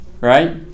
Right